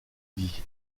dit